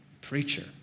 preacher